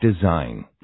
design